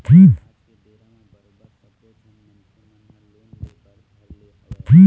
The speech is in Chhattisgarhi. आज के बेरा म बरोबर सब्बो झन मनखे मन ह लोन ले बर धर ले हवय